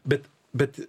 bet bet